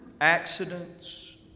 accidents